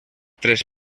tres